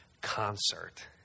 concert